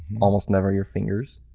almost never your fingers.